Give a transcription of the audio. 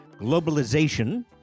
globalization